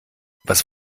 was